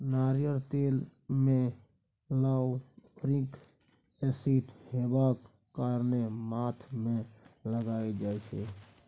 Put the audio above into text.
नारियल तेल मे लाउरिक एसिड हेबाक कारणेँ माथ मे लगाएल जाइ छै